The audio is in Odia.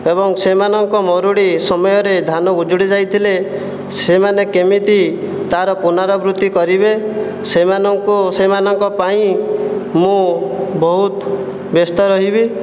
ଏବଂ ସେମାନଙ୍କ ମରୁଡ଼ି ସମୟ ରେ ଧାନ ଉଜୁଡି ଯାଇଥିଲେ ସେମାନେ କେମିତି ତାର ପୁନରାବୃତ୍ତି କରିବେ ସେମାନଙ୍କୁ ସେମାନଙ୍କ ପାଇଁ ମୁଁ ବହୁତ ବ୍ୟସ୍ତ ରହିବି